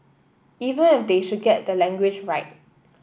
even if they should get the language right